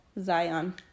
zion